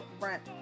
rent